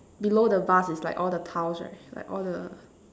below the vase is like all the tiles right like all the